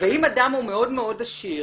ואם אדם הוא מאוד מאוד עשיר,